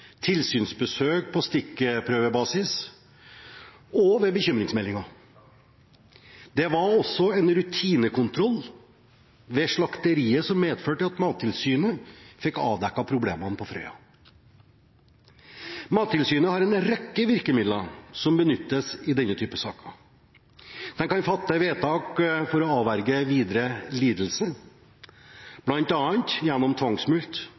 tilsynsbesøk på stikkprøvebasis og ved bekymringsmeldinger. Det var også en rutinekontroll ved slakteriet som medførte at Mattilsynet fikk avdekket problemene ved Frøya. Mattilsynet har en rekke virkemidler som benyttes i denne typen saker. De kan fatte vedtak for å avverge videre lidelse, bl.a. gjennom tvangsmulkt